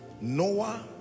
noah